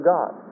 God